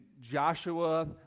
Joshua